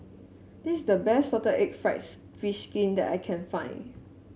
this is the best Salted Egg fried fish skin that I can find